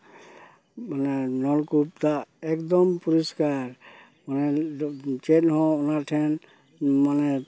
ᱢᱟᱱᱮ ᱱᱚᱞᱠᱩᱯ ᱫᱟᱜ ᱮᱠᱫᱚᱢ ᱯᱚᱨᱤᱥᱠᱟᱨ ᱢᱟᱱᱮ ᱪᱮᱫ ᱦᱚᱸ ᱚᱱᱟ ᱴᱷᱮᱱ ᱢᱟᱱᱮ